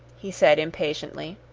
he said impatiently.